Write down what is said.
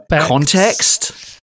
Context